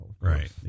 Right